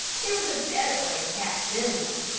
there was a better way to catch them, though.